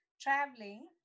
traveling